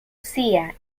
sia